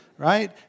Right